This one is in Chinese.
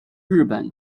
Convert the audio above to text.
日本